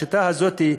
השיטה הזאת,